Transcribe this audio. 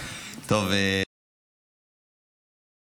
התשפ"ג 2022,